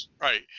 Right